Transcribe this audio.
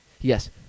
Yes